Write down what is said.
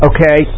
Okay